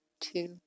Two